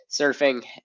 surfing